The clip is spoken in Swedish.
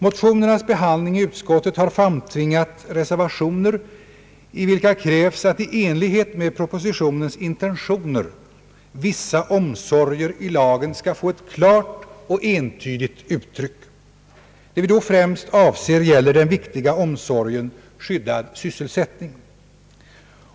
Motionernas behandling i utskottet har framtvingat reservationer i vilka krävs att i enlighet med propositionens intentioner vissa omsorger i lagen skall få ett klart och entydigt uttryck. Det vi då främst avser gäller den viktiga omsorgen »skyddad sysselsättning».